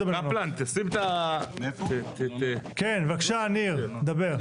כן, בבקשה ניר, דבר.